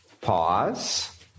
pause